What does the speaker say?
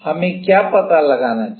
हमें क्या पता लगाना चाहिए